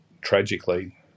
tragically